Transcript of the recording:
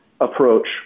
approach